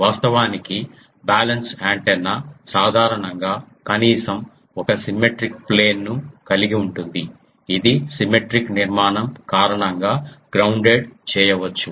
వాస్తవానికి balanced antenna సాధారణంగా కనీసం ఒక సిమ్మెట్రిక్ ప్లేన్ కలిగి ఉంటుంది ఇది సిమ్మెట్రిక్ నిర్మాణం కారణంగా గ్రౌన్దేడ్ చేయవచ్చు